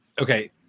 okay